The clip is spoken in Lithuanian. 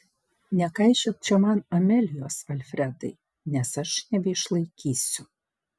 nekaišiok čia man amelijos alfredai nes aš nebeišlaikysiu